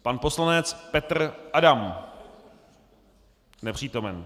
Pan poslanec Petr Adam: Nepřítomen.